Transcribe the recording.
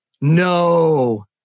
No